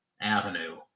Avenue